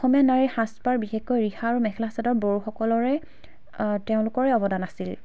অসমীয়া নাৰীৰ সাজ পাৰ বিশেষকৈ ৰিহা আৰু চাদৰ মেখেলা বড়োসকলৰে তেওঁলোকৰে অৱদান আছিল